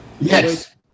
yes